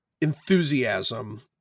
enthusiasm